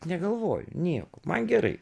negalvoju nieko man gerai